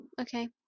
Okay